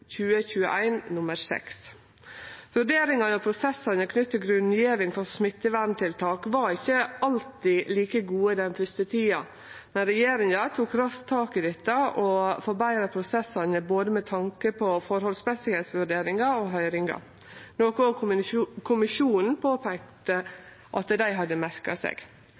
Vurderingane og prosessane knytte til grunngjeving for smitteverntiltaka var ikkje alltid like gode den første tida, men regjeringa tok raskt tak i dette og forbetra prosessane både med tanke på forholdsmessigvurderingar og høyringar, noko også kommisjonen påpeikte at dei hadde merka seg.